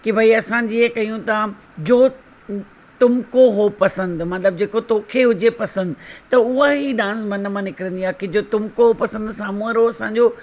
की भई असां जीअं कयूं था जो तुमको हो पसंदि मतिलबु जेको तोखे हुजे पसंदि त उहा ई डांस मन मां निकिरंदी आहे की जो तुमको हो पसंदि साम्हूं वारो असांजो